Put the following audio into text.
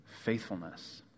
faithfulness